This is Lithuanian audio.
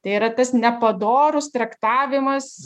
tai yra tas nepadorus traktavimas